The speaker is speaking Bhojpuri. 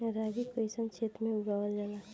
रागी कइसन क्षेत्र में उगावल जला?